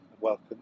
welcome